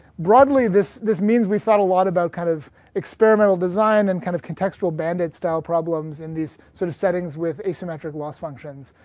broadly this this means we thought a lot about kind of experimental design and kind of contextual bandits style problems in these sort of settings with asymmetric loss functions.